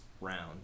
round